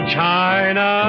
china